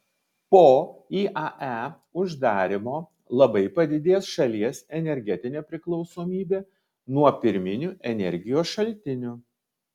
po iae uždarymo labai padidės šalies energetinė priklausomybė nuo pirminių energijos šaltinių